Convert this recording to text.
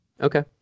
okay